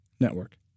network